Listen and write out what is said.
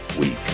week